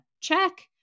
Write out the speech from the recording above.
check